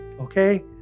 okay